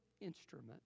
instrument